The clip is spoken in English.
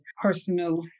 personal